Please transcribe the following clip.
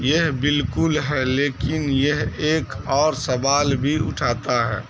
یہ بالکل ہے لیکن یہ ایک اور سوال بھی اٹھاتا ہے